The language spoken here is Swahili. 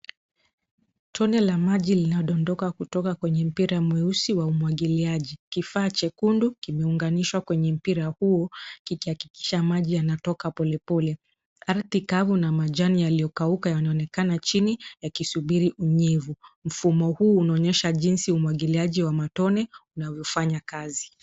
Tone la maji linadondoka kutoka kwenye mpira mweusi wa umwagiliaji. Kifaa chekundu kimeunganishwa kwenye mpira huu kikihakikisha maji yanatoka polepole. Ardhi kavu na majani yaliyokauka yanaonekana chini yakisubiri unyevu. Mfumo huu unaonyesha jinsi umwagiliaji wa matone unavyofanya kazi.